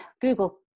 Google